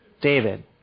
David